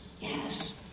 Yes